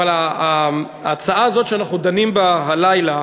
אבל ההצעה הזאת שאנחנו דנים בה הלילה,